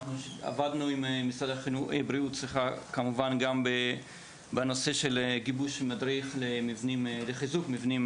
עבדנו עם משרד הבריאות כמובן גם בנושא של גיבוש מדריך לחיזוק אלמנטים,